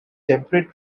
temperate